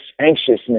anxiousness